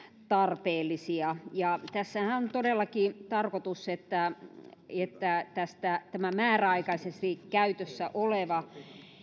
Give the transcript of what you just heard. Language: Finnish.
tarpeellisia tässähän on todellakin tarkoitus että että tätä määräaikaisesti käytössä olevaa